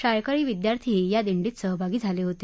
शाळकरी विद्यार्थ्यीही या दिंडीत सहभागी झाले होते